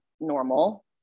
normal